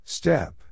Step